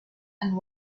and